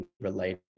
related